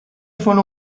font